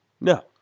No